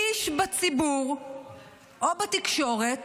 איש בציבור או בתקשורת